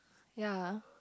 ya